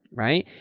right.